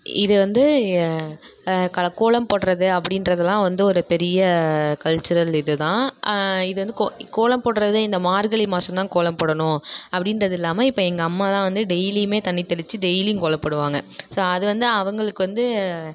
இது வந்து கோலம் போடுறது அப்படின்றதுலாம் வந்து ஒரு பெரிய கல்ச்சுரல் இதுதான் இது வந்து கோலம் போடுறது இந்த மார்கழி மாதம் தான் கோலம் போடணும் அப்படின்றது இல்லாமல் இப்போ எங்கள் அம்மாலாம் வந்து டெய்லியும் தண்ணி தெளித்து டெய்லியும் கோலம் போடுவாங்க ஸோ அது வந்து அவங்களுக்கு வந்து